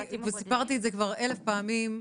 סיפרתי את זה כבר אלף פעמים,